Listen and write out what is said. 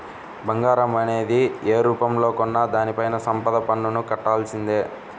బంగారం అనేది యే రూపంలో కొన్నా దానిపైన సంపద పన్నుని కట్టాల్సిందే